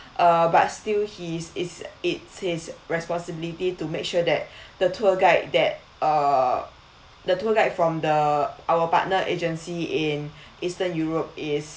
uh but still he is it's it's his responsibility to make sure that the tour guide that uh the tour guide from the our partner agency in eastern europe is